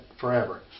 forever